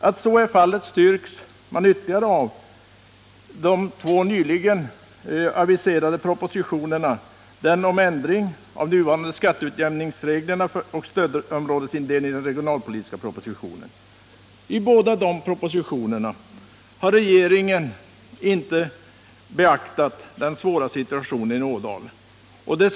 Att så är fallet styrks ytterligare av regeringens nyligen avgivna proposition om ändring av nuvarande skatteutjämningsregler och av vad som i den aviserade regionalpolitiska propositionen sägs om stödområdesindelningen. I ingen av dessa propositioner har regeringen på något sätt beaktat den svåra situationen i Ådalen.